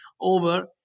over